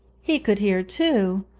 he could hear, too,